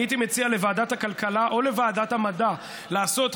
אני הייתי מציע לוועדת הכלכלה או לוועדת המדע לעשות,